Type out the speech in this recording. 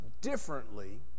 differently